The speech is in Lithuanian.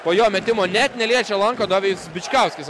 po jo metimo net neliečia lanko duobę jis bičkauskis